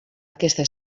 aquesta